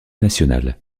national